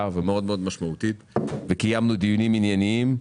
ומאוד מאוד משמעותית וקיימנו דיונים ענייניים.